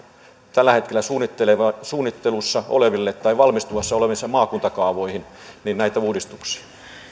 tällä hetkellä suunnittelussa oleviin tai valmistumassa oleviin maakuntakaavoihin näitä uudistuksia